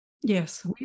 Yes